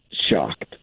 shocked